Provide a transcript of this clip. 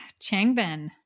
Changbin